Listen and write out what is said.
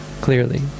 clearly